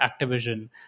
Activision